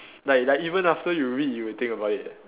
like like even after you read you will think about it